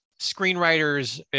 screenwriters